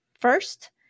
first